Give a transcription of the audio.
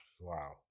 Wow